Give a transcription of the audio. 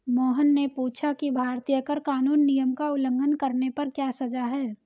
मोहन ने पूछा कि भारतीय कर कानून नियम का उल्लंघन करने पर क्या सजा है?